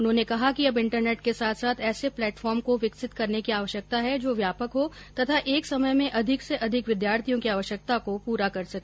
उन्होंने कहा कि अब इन्टरनेट के साथ साथ ऐसे प्लेटफार्म को विकसित करने की आवश्यकता है जो व्यापक हो तथा एक समय में अधिक से अधिक विद्यार्थियों की आवश्यकता को पुरा कर सके